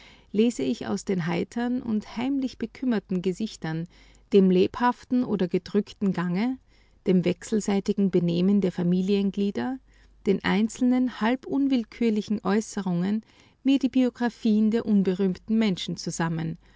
lese ich aus den heitern und heimlich bekümmerten gesichtern dem lebhaften oder gedrückten gange dem wechselseitigen benehmen der familienglieder den einzelnen halb unwillkürlichen äußerungen mir die biographien der unberühmten menschen zusammen